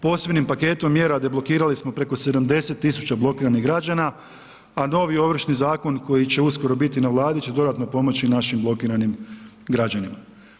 Posebnim paketom mjera deblokirali smo preko 70 tisuća blokiranih građana, a novi Ovršni zakon koji će uskoro biti na Vladi će dodatno pomoći našim blokiranim građanima.